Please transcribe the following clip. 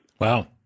Wow